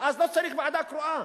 ואז לא צריך ועדה קרואה.